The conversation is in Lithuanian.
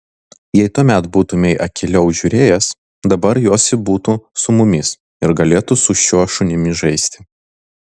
jei tuomet būtumei akyliau žiūrėjęs dabar josi būtų su mumis ir galėtų su šiuo šunimi žaisti